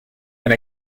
and